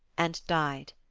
and died.